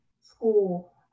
school